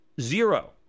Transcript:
zero